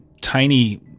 tiny